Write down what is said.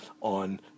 on